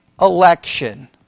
election